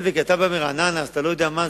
זאביק, אתה בא מרעננה, אז אתה לא יודע מה זה.